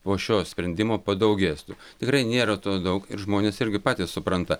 po šio sprendimo padaugės tų tikrai nėra to daug ir žmonės irgi patys supranta